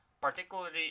particularly